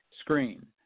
Screen